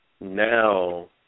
Now